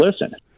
listen